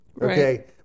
okay